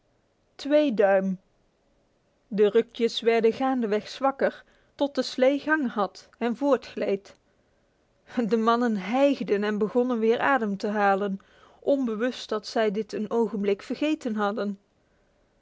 twee duim de rukjes werden gaandeweg zwakker tot de slee gang had en voortgleed de mannen hijgden en begonnen weer adem te halen onbewust dat zij dit een ogenblik vergeten hadden